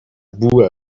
boue